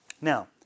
Now